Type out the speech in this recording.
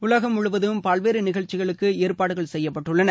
உலகம் முழுவதும் பல்வேறு நிகழ்ச்சிகளுக்கு ஏற்பாடுகள் செய்யப்பட்டுள்ளன